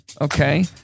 Okay